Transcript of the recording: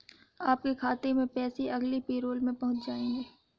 आपके खाते में पैसे अगले पैरोल में पहुँच जाएंगे